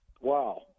Wow